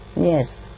Yes